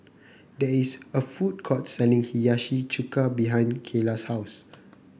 there is a food court selling Hiyashi Chuka behind Kaela's house